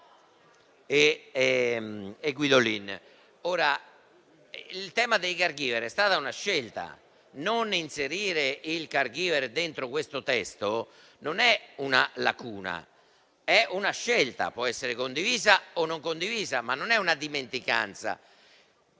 questione dei *caregiver* è stata una scelta; non inserire il *caregiver* dentro questo testo non è una lacuna, ma una scelta. Può essere condivisa o no, ma non è una dimenticanza.